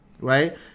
right